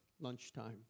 lunchtime